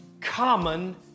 common